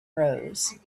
rose